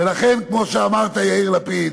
ולכן, כמו שאמרת, יאיר לפיד,